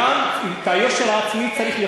גם יושר עצמי צריך,